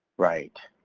right.